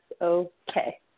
okay